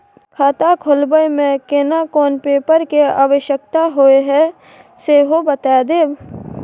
खाता खोलैबय में केना कोन पेपर के आवश्यकता होए हैं सेहो बता देब?